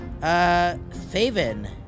Faven